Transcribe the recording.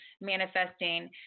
manifesting